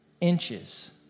inches